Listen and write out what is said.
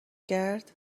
کرد